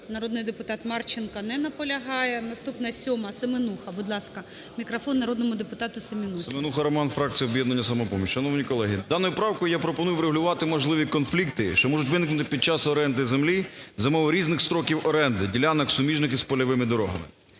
Народний депутат Марченко не наполягає. Наступна, 7-а, Семенуха. Будь ласка, мікрофон народному депутату Семенусі. 13:23:43 СЕМЕНУХА Р.С. Семенуха Роман, фракція "Об'єднання "Самопоміч". Шановні колеги, даною правкою я пропоную врегулювати можливі конфлікти, що можуть виникнути під час оренди землі за умови різних строків оренди ділянок, суміжних із польовими дорогами.